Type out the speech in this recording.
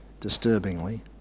disturbingly